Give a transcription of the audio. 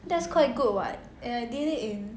that's quite good [what] and I did it in